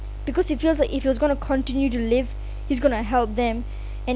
because he feels like if he was going to continue to live he's going to held them and